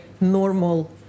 normal